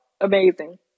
Amazing